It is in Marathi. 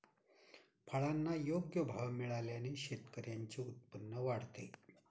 फळांना योग्य भाव मिळाल्याने शेतकऱ्यांचे उत्पन्न वाढते